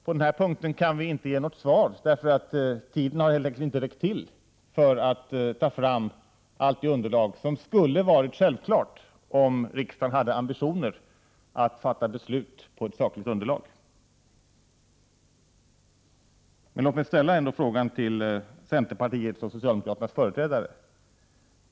På denna punkt kan vi inte ge något svar, eftersom tiden helt enkelt inte har räckt till för att ta fram allt det underlag som skulle ha varit självklart om riksdagen hade haft ambitionen att fatta beslut på ett sakligt underlag. Låt mig ändå ställa frågan till centerpartiets och socialdemokraternas företrädare.